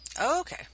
Okay